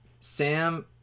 Sam